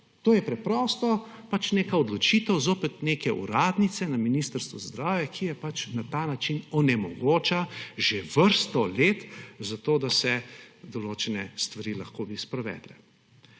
To je preprosto pač neka odločitev zopet neke uradnice na Ministrstvu za zdravje, ki pač na ta način onemogoča že vrsto let, da bi se lahko določene stvari sprovedle.